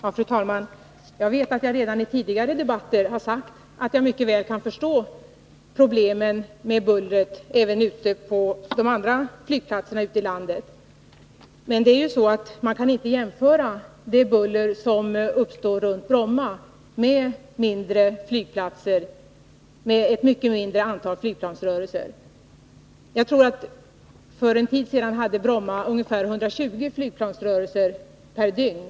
Fru talman! Jag vet att jag redan i tidigare debatter har sagt att jag mycket väl kan förstå problemet med bullret även vid flygplatserna ute i landet. Man kan inte jämföra det buller som uppstår runt Bromma med bullret kring mindre flygplatser med ett mycket mindre antal flygplansrörelser. För en tid sedan hade Bromma ungefär 120 flygplansrörelser per dygn.